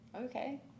Okay